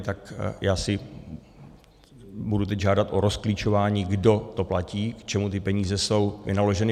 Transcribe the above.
Tak já si budu teď žádat o rozklíčování, kdo to platí, k čemu ty peníze jsou vynaloženy.